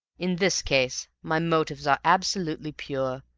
in this case my motives are absolutely pure,